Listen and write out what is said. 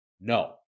No